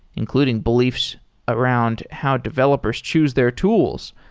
including beliefs around how developers choose their tools,